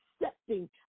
accepting